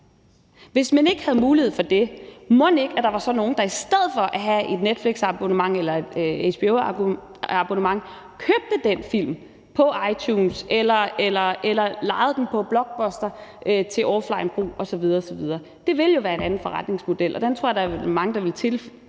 Hvis man ikke havde mulighed for det, mon der så ikke var nogle, der i stedet for at have et Netflixabonnement eller et HBO-abonnement købte den film på iTunes eller lejede den på Blockbuster til offlinebrug osv. osv.? Det vil jo være en anden forretningsmodel, og den tror jeg der er mange der ville